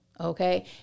Okay